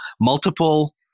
multiple